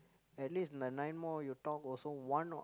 at least the nine more you talk also one o~